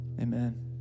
Amen